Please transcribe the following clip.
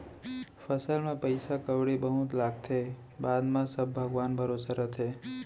फसल म पइसा कउड़ी बहुत लागथे, बाद म सब भगवान भरोसा रथे